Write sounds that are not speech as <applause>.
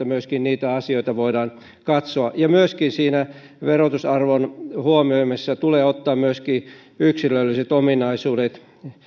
<unintelligible> myöskin niitä asioita voidaan katsoa siinä verotusarvon huomioimisessa tulee ottaa myöskin yksilölliset ominaisuudet huomioon